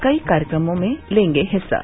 कई कार्यक्रमों में लेंगें हिस्सा